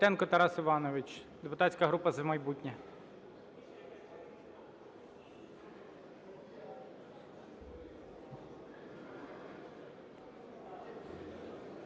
Дякую,